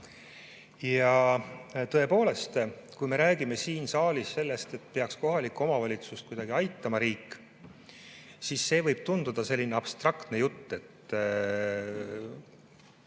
Ja tõepoolest, kui me räägime siin saalis sellest, et riik peaks kohalikku omavalitsust kuidagi aitama, siis see võib tunduda selline abstraktne jutt.